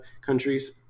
countries